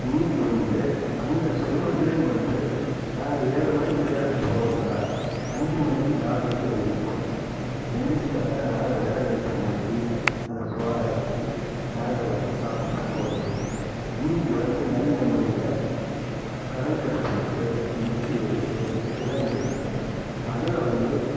இன்னிக்கு வந்து அந்த சிரமத்திலையும் வந்து நாங்கள் ஏழு மணிக்கு வேலைக்குப் போகணும்னா அஞ்சு மணிக்கு நால்ரைக்கு எந்திரிக்கணும் எந்திரிச்சாதான் நாங்கள் விறகு அடுப்பை மூட்டி அதில் சோறாக்கி நாங்கள் வந்து சாப்பிட்டு போவோம் இன்னிக்கு வந்து நவீனமுறையில் கரன்ட்டு அடுப்பு இருக்கு மிக்ஸி இருக்கு கிரைண்டர் இருக்கு அதில் வந்து